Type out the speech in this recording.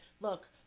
look